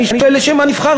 אני שואל: לשם מה נבחרתם?